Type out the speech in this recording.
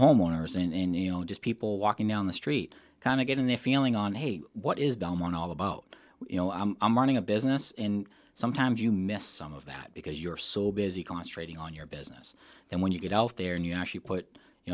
homeowners and you know just people walking down the street kind of getting their feeling on hey what is belmont all about you know i'm running a business and sometimes you miss some of that because you're so busy concentrating on your business then when you get out there and you actually put you